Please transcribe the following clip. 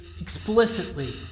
explicitly